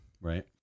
Right